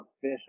fish